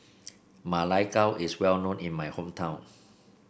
Ma Lai Gao is well known in my hometown